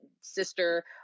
sister